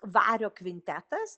vario kvintetas